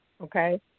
Okay